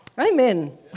Amen